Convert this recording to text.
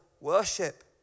worship